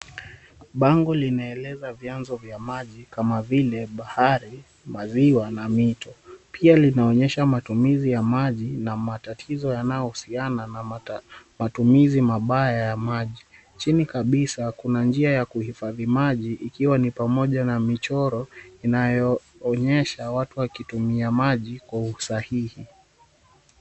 Bango linaeleza vyanzo vya maji kama vile bahari, maziwa na mito. Pia linaonyesha matumizi ya maji na matatizo yanayohusiana na matumizi mabaya ya maji. Chini kabisa kuna njia ya kuhifadhi maji ikiwa ni pamoja na michoro inayoonyesha watu wakitumia maji kwa usahihi.